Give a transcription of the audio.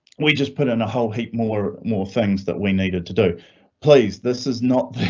we just put in a whole heap. more more things that we needed to do please. this is not